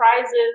prizes